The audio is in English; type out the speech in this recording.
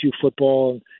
football